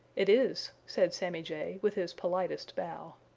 it is, said sammy jay, with his politest bow,